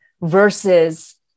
versus